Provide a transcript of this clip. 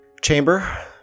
chamber